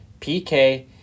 PK